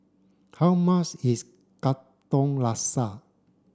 how mas is Katong Laksa